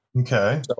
okay